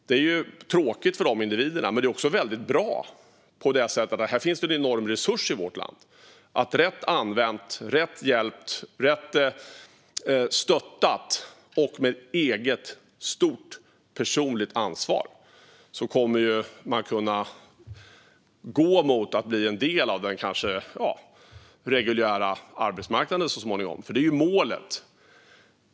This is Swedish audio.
Det är tråkigt för dessa individer, men det är bra eftersom det innebär en stor resurs för Sverige. Med rätt hjälp och stöd och genom att ta stort eget ansvar kan människor gå mot att bli en del av den reguljära arbetsmarknaden, vilket är målet.